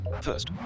First